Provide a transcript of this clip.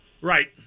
Right